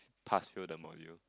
past fail the module